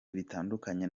bitandukanye